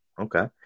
Okay